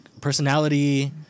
personality